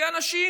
כי אנשים